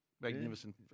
magnificent